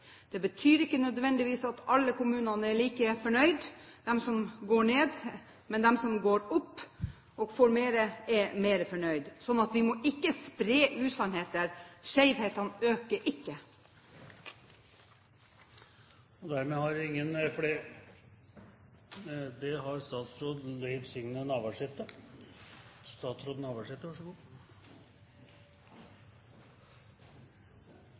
Det betyr ikke nødvendigvis at alle kommunene er like fornøyd, f.eks. de som går ned. Men de som går opp og får mer, er mer fornøyd. Så vi må ikke spre usannheter. Skjevhetene øker ikke. Eg har berre ein svært kort kommentar til Framstegspartiet. I den grad eg har sitert Karl Marx, er det i så